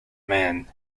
mann